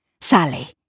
Sally